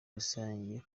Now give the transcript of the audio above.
rusange